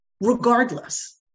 regardless